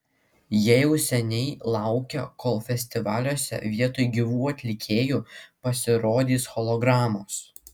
jie jau seniai laukia kol festivaliuose vietoj gyvų atlikėjų pasirodys hologramos